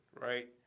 Right